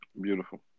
Beautiful